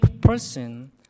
person